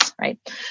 Right